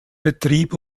betrieb